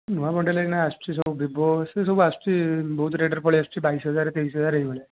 ନୂଆ ମଡ଼େଲ ଏଇନା ଆସୁଛି ସବୁ ଭିବୋ ସେ ସବୁ ଆସୁଛି ବହୁତ ରେଟ ରେ ପଳାଇ ଆସୁଛି ବାଇଶି ହଜାର ତେଇଶି ହଜାର ଏଇ ଭଳିଆ